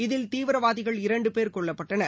இதில் தீவிரவாதிகள் இரண்டுபேர் கொல்லப்பட்டனர்